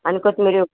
आनी कोथमिऱ्यो